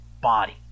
body